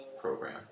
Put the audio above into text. program